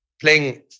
playing